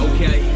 Okay